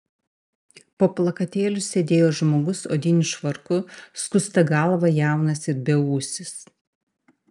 po plakatėliu sėdėjo žmogus odiniu švarku skusta galva jaunas ir beūsis